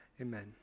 Amen